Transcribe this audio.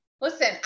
listen